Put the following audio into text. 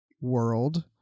world